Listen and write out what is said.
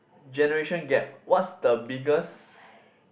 generation gap what's the biggest